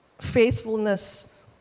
faithfulness